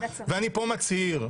ואני פה מצהיר,